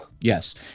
yes